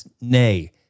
nay